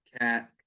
Cat